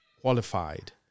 qualified